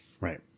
Right